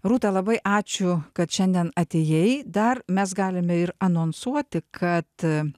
rūta labai ačiū kad šiandien atėjai dar mes galime ir anonsuoti kad